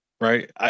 right